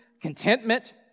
contentment